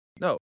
no